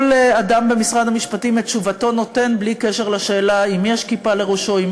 כל אדם במשרד המשפטים את תשובתו נותן בלי קשר לשאלה אם יש כיפה לראשו,